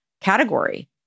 category